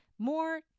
More